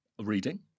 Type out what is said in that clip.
Reading